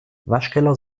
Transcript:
waschkeller